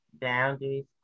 Boundaries